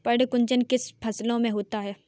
पर्ण कुंचन किन फसलों में होता है?